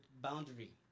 boundary